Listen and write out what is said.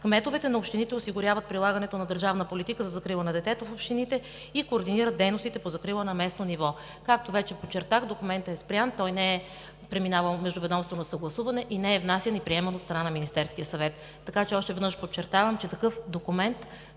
Кметовете на общините осигуряват прилагането на държавната политика за закрила на детето в общините и координират дейностите по закрила на местно ниво. Както вече подчертах, документът е спрян, той не е преминавал на междуведомствено съгласуване и не е внасян и приеман от страна на Министерския съвет. Още веднъж подчертавам, че към момента